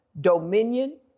dominion